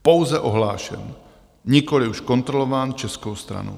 Pouze ohlášen, nikoliv už kontrolován českou stranou.